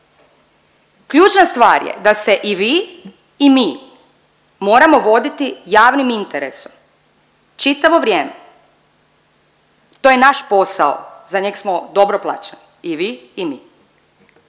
ključna stvar je da se i vi i mi moramo voditi javnim interesom čitavo vrijeme. To je naš posao, za njega smo dobro plaćeni i vi i mi.